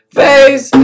face